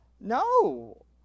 No